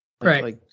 Right